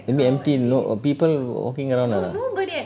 maybe empty a lot of people walking around ah